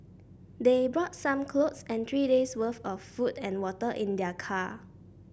they brought some clothes and three day's worth of food and water in their car